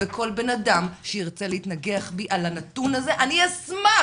וכל בן אדם שירצה להתנגח בי על הנתון הזה - אני אשמח